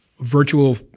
virtual